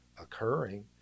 occurring